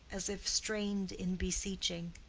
as if strained in beseeching,